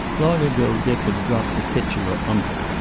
long ago dick had dropped the titular uncle,